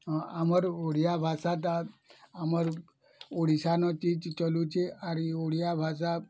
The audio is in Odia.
ହଁ ଆମର୍ ଓଡ଼ିଆଭାଷା ଟା ଆମର ଓଡ଼ିଶାନୁ ଚାଲୁଛି ଆରି ଓଡ଼ିଆଭାଷା